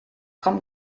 kommt